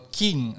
king